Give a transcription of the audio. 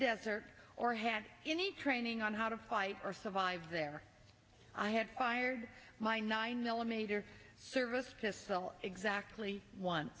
desert or had any training on how to fight or survive there i had fired my nine millimeter service to sell exactly one